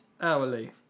Hourly